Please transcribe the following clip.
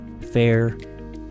fair